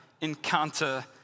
encounter